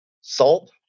Salt